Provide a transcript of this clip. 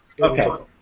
Okay